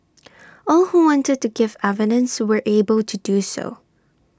all who wanted to give evidence were able to do so